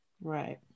Right